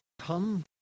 come